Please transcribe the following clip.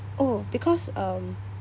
oh because um